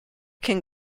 can